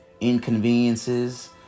inconveniences